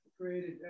created